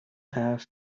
have